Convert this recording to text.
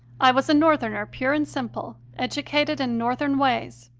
i was a northerner pure and simple, educated in northern ways.